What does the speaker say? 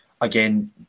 again